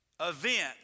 event